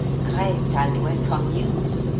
great and welcome news,